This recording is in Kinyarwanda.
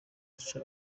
aca